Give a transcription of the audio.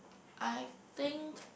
I think